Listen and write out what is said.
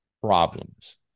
problems